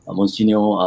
Monsignor